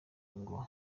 ngo